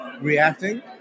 reacting